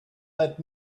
let